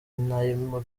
nayo